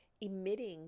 emitting